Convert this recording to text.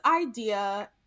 idea